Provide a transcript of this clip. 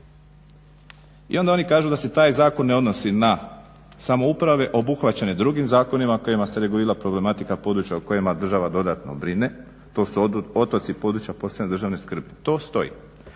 i onda oni kažu da se taj zakon ne odnosi na samouprave obuhvaćene drugim zakonima kojima se regulira problematika područja u kojima država dodatno brine, to su otoci područja posebne državne skrbi, to stoji.